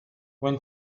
when